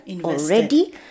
already